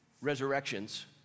resurrections